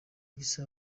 gisa